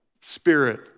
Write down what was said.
Spirit